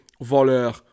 voleur